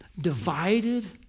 divided